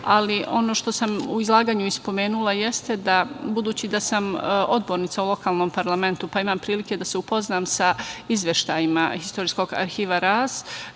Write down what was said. ali ono što sam u izlaganju i spomenula jeste da, budući da sam odbornica u lokalnom parlamentu, pa imam prilike da se upoznam sa izveštajima Istorijskog arhiva „Ras“,